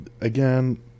again